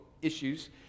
issues